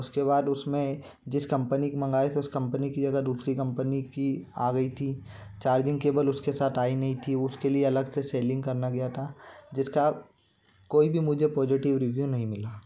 उसके बाद उस में जिस कम्पनी का मंगाए थे उस कम्पनी की जगह दूसरी कम्पनी की आ गई थी चार्जिंग केबल उसके साथ आई नहीं थी उसके लिए अलग से सेलिंग करना गया था जिसका कोई भी मुझे पॉजिटिव रिव्यू नहीं मिला